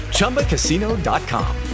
Chumbacasino.com